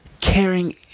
caring